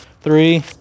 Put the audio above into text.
three